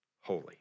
holy